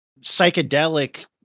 psychedelic